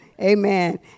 Amen